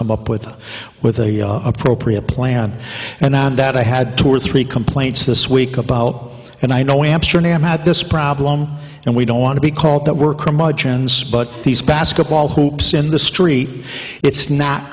come up with with the appropriate plan and on that i had two or three complaints this week about and i know we had this problem and we don't want to be called that work but these basketball hoops in the street it's not